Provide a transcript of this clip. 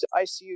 ICU